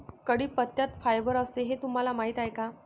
कढीपत्त्यात फायबर असते हे तुम्हाला माहीत आहे का?